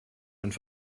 und